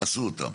עשו אותם.